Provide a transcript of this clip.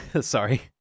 sorry